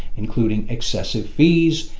including excessive fees,